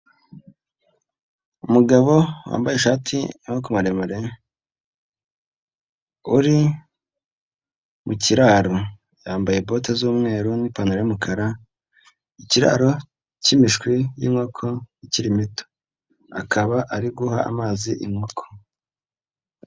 Umugabo wambaye ishati y'amaboko maremare, uri mu kiraro yambaye bote z'umweru n'ipantaro y'umukara, ikiraro cy'imishwi y'inkoko ikiri mito, akaba ari guha amazi inkoko.